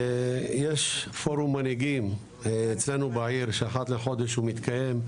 יש פורום מנהיגים אצלנו בעיר שאחת לחודש הוא מתקיים,